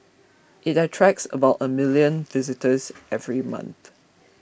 it attracts about a million visitors every month